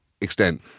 extent